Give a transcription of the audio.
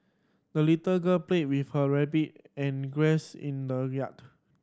the little girl played with her rabbit and in the yard